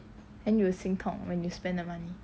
then you 心痛 when you spend the money